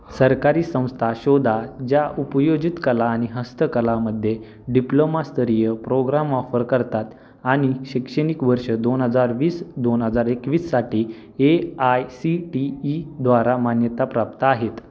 सरकारी संस्था शोधा ज्या उपयोजित कला आणि हस्तकलामध्ये डिप्लोमा स्तरीय प्रोग्राम ऑफर करतात आणि शैक्षणिक वर्ष दोन हजार वीस दोन हजार एकवीससाठी ए आय सी टी ईद्वारा मान्यताप्राप्त आहेत